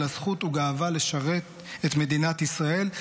אלא זכות וגאווה לשרת את מדינת ישראל.